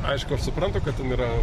aišku aš suprantu kad ten yra